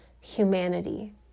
humanity